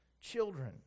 children